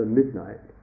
midnight